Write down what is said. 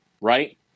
right